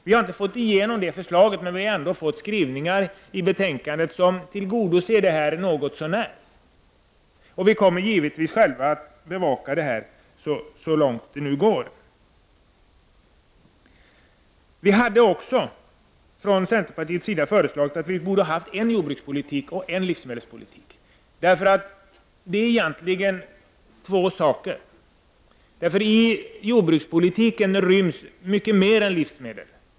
Vi har inte fått igenom detta förslag, men det finns ändå skrivningar i betänkandet där detta något så när tillgodoses. Vi kommer givetvis också själva att bevaka detta så långt det går. Vi från centerpartiet har också föreslagit att vi borde ha en jordbrukspolitik och en livsmedelspolitik. Det är nämligen fråga om två saker. Inom jordbrukspolitiken ryms det nämligen mycket mer än livsmedel.